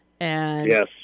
Yes